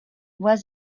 was